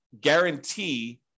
guarantee